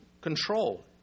control